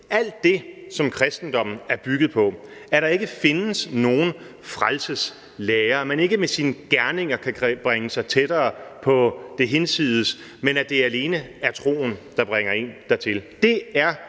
Alt det, som kristendommen er bygget på, er jo, at der ikke findes nogen frelseslære, at man ikke med sine gerninger kan bringe sig tættere på det hinsides, men at det alene er troen, der bringer en dertil. Det er